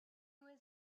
was